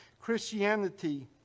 Christianity